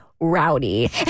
rowdy